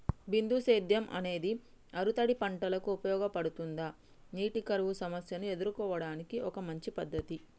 బిందు సేద్యం అనేది ఆరుతడి పంటలకు ఉపయోగపడుతుందా నీటి కరువు సమస్యను ఎదుర్కోవడానికి ఒక మంచి పద్ధతి?